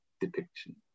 depiction